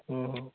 ᱦᱮᱸ ᱦᱮᱸ